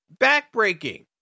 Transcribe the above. Backbreaking